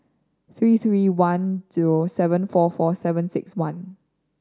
three three one zero seven four four seven six one